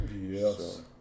Yes